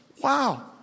Wow